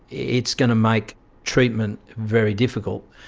it's going to make treatment very difficult.